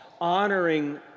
honoring